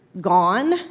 gone